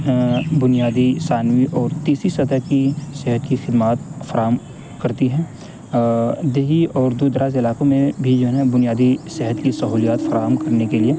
بنیادی ثانوی اور تیسری سطح کی صحت کی خدمات فراہم کرتی ہیں دیہی اور دور دراز علاقوں میں بھی جو ہے نا بنیادی صحت کی سہولیات فراہم کرنے کے لیے